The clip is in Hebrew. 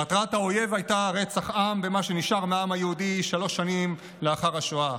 מטרת האויב הייתה רצח עם ומה שנשאר מהעם היהודי שלוש שנים לאחר השואה.